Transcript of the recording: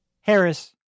Harris